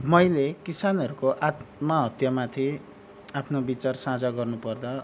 मैले किसानहरूको आत्महत्यामाथि आफ्नो विचार साझा गर्नुपर्दा